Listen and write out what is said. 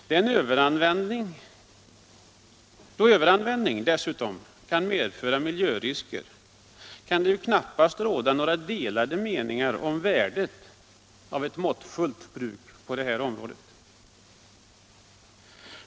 Då överanvändningen dessutom kan medföra miljörisker, kan det knappast råda några delade meningar om värdet av ett måttfullt bruk på detta område.